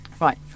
Right